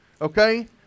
okay